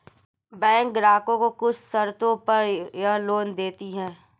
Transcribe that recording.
बैकें ग्राहकों को कुछ शर्तों पर यह लोन देतीं हैं